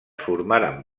formaren